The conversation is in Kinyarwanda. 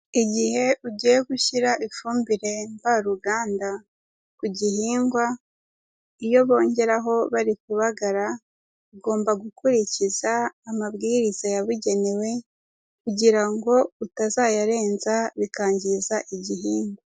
Igihe ugiye gushyira ifumbire mvaruganda ku gihingwa, iyo bongeraho bari kubagara ugomba gukurikiza amabwiriza yabugenewe kugira ngo utazayarenza bikangiza igihingwa.